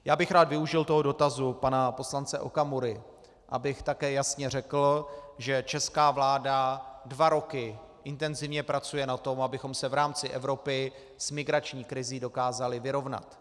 Rád bych využil dotazu pana poslance Okamury, abych také jasně řekl, že česká vláda dva roky intenzivně pracuje na tom, abychom se v rámci Evropy s migrační krizí dokázali vyrovnat.